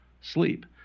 sleep